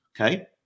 Okay